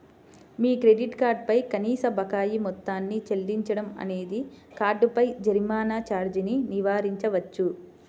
మీ credit card పై కనీస బకాయి మొత్తాన్ని చెల్లించడం అనేది కార్డుపై జరిమానా ఛార్జీని నివారించవచ్చు